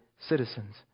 citizens